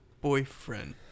boyfriend